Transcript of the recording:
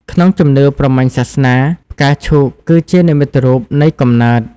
ក្នុងជំនឿព្រហ្មញ្ញសាសនា ផ្កាឈូកគឺជា និមិត្តរូបនៃកំណើត។